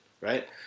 right